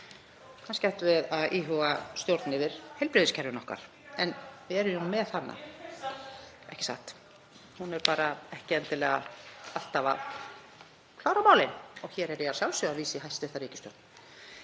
Kannski ættum við að íhuga stjórn yfir heilbrigðiskerfinu okkar. En við erum jú með hana, ekki satt? Hún er bara ekki endilega alltaf að klára málin og hér er ég að sjálfsögðu að vísa í hæstv. ríkisstjórn.